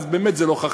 אז באמת זה לא חכם.